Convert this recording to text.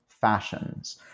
fashions